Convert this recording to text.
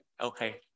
Okay